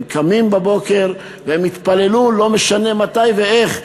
הם קמים בבוקר, והם יתפללו, לא משנה מתי ואיך.